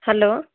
hello